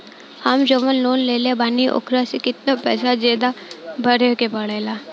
हम जवन लोन लेले बानी वोकरा से कितना पैसा ज्यादा भरे के पड़ेला?